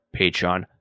Patreon